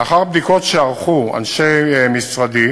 לאחר בדיקות שערכו אנשי משרדי,